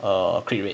err crit rate